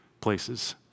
places